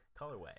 colorway